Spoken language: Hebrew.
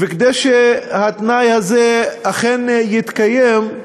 וכדי שהתנאי הזה אכן יתקיים,